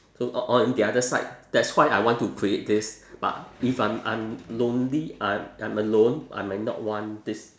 so o~ on the other side that's why I want to create this but if I'm I'm lonely I I'm alone I might not want this